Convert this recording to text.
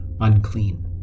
unclean